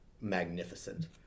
magnificent